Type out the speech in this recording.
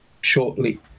shortly